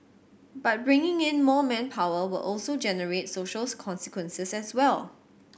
but bringing in more manpower will also generate socials consequences as well